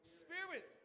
spirit